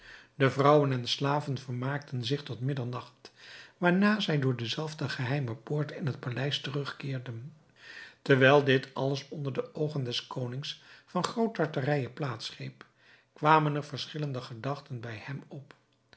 de vrouwen en slaven vermaakten zich tot middernacht waarna zij door dezelfde geheime poort in het paleis terugkeerden terwijl dit alles onder de oogen des konings van groot tartarije plaats greep kwamen er verschillende gedachten bij hem op